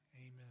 Amen